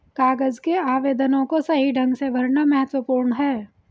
कागज के आवेदनों को सही ढंग से भरना महत्वपूर्ण है